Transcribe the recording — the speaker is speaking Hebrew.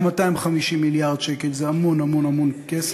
גם 250 מיליארד שקל זה המון המון המון כסף.